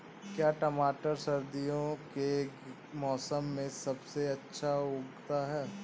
क्या टमाटर सर्दियों के मौसम में सबसे अच्छा उगता है?